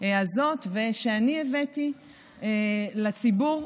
הזאת שאני הבאתי לציבור,